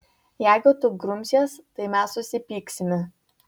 jeigu tu grumsies tai mes susipyksime